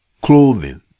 clothing